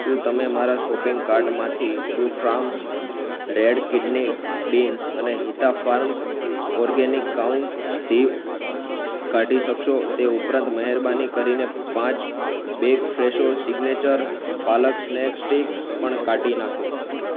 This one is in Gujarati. શું તમે મારા શોપિંગકાર્ટમાંથી ટ્રૂફાર્મ્સ રેડ કિડની બિન્સ અને Hita farms organic cow ghee કાઢી શકશો તે ઉપરાંત મહેરબાની કરીને પાંચ bag Fresho signature palak snack stick પણ કાઢી નાંખો